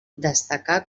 destacà